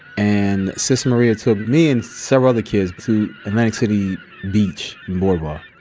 and sister maria took me and several other kids to atlantic city beach and boardwalk.